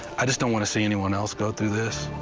i just don't want to see anyone else go through this.